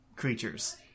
creatures